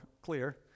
clear